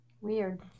Weird